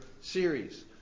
series